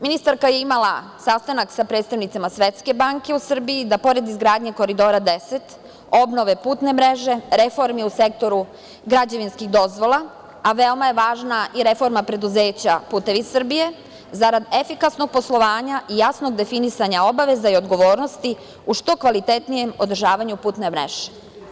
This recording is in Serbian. Ministarka je imala sastanak sa predstavnicima Svetske banke u Srbiji da pored izgradnje Koridora 10, obnove putne mreže, reformi u sektoru građevinskih dozvola, a veoma je važna i reforma preduzeća Putevi Srbije zarad efikasnog poslovanja i jasnog definisanja obaveza i odgovornosti u što kvalitetnijem održavanju putne mreže.